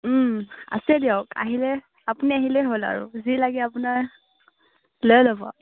ও আছে দিয়ক আহিলে আপুনি আহিলেই হ'ল আৰু যি লাগে আপোনাৰ লৈ ল'ব